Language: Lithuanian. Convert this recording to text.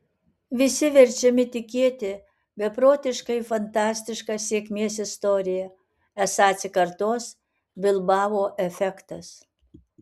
visi verčiami tikėti beprotiškai fantastiška sėkmės istorija esą atsikartos bilbao efektas